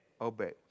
Obey